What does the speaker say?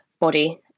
body